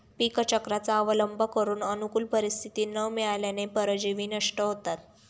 पीकचक्राचा अवलंब करून अनुकूल परिस्थिती न मिळाल्याने परजीवी नष्ट होतात